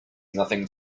nothing